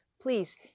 Please